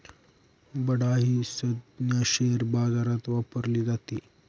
बडा ही संज्ञा शेअर बाजारात वापरली जाते